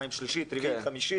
מה עם השלישית, הרביעית והחמישית?